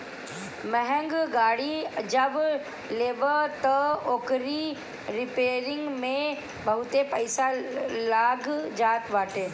महंग गाड़ी जब लेबअ तअ ओकरी रिपेरिंग में बहुते पईसा लाग जात बाटे